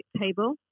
table